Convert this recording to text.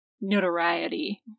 notoriety